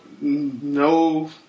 no